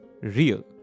real